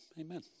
amen